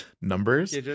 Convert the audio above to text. numbers